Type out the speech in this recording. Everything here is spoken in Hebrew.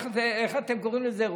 איך אתה קוראים לזה?